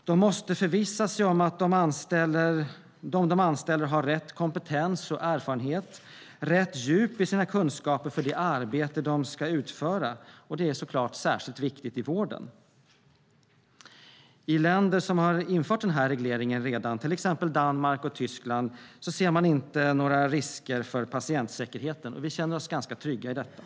De måste förvissa sig om att de läkare de anställer har rätt kompetens, erfarenhet och djup i sina kunskaper för det arbete de ska utföra. Det är såklart särskilt viktigt i vården. Länder som redan infört den här regleringen, till exempel Danmark och Tyskland, har inte heller sett några risker för patientsäkerheten. Vi känner oss trygga i detta.